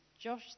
Josh